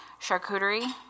charcuterie